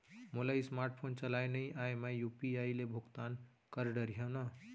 मोला smart phone चलाए नई आए मैं यू.पी.आई ले भुगतान कर डरिहंव न?